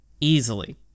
easily